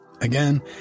Again